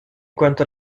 cuanto